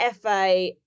FA